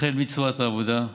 בצורת העבודה,